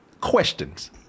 questions